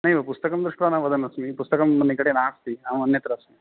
नैव पुस्तकं दृष्ट्वा न वदन्नस्मि पुस्तकं मम निकटे नास्ति अहम् अन्यत्र अस्मि